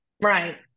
right